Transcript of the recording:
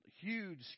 huge